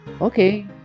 okay